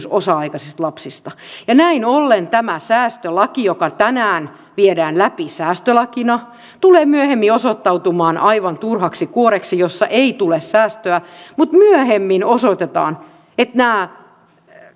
kysymys osa aikaisista lapsista näin ollen tämä säästölaki joka tänään viedään läpi säästölakina tulee myöhemmin osoittautumaan aivan turhaksi kuoreksi jossa ei tule säästöä mutta myöhemmin osoitetaan että nämä